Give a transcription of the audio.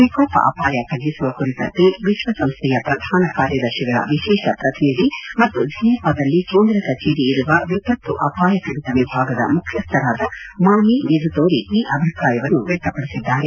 ವಿಕೋಪ ಅಪಾಯ ತಗ್ಗಿಸುವ ಕುರಿತಂತೆ ವಿಶ್ವಸಂಸ್ಥೆಯ ಪ್ರಧಾನ ಕಾರ್ಯದರ್ಶಿಗಳ ವಿಶೇಷ ಪ್ರತಿನಿಧಿ ಮತ್ತು ಜಿನೆವಾದಲ್ಲಿ ಕೇಂದ್ರಕಚೇರಿ ಇರುವ ವಿಪತ್ತು ಅಪಾಯ ಕಡಿತ ವಿಭಾಗದ ಮುಖ್ಯಸ್ಥರಾದ ಮಾಮಿ ಮಿಜ ುತೋರಿ ಈ ಅಭಿಪ್ರಾಯವನ್ನು ವ್ವಕ್ತಪಡಿಸಿದ್ದಾರೆ